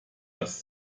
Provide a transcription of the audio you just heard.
das